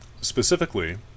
specifically